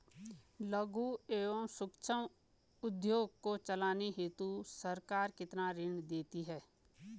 लघु एवं सूक्ष्म उद्योग को चलाने हेतु सरकार कितना ऋण देती है?